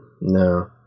No